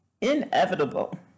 inevitable